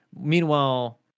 Meanwhile